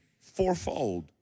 fourfold